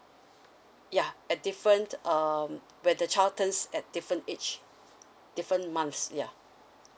yeah at different um where the child turns at different age different months yeah